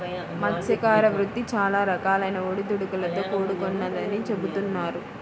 మత్స్యకార వృత్తి చాలా రకాలైన ఒడిదుడుకులతో కూడుకొన్నదని చెబుతున్నారు